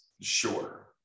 sure